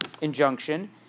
injunction